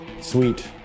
sweet